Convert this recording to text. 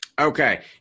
Okay